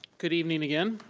good evening again.